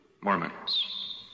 Mormons